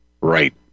Right